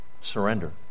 Surrender